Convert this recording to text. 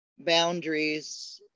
Boundaries